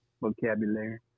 vocabulary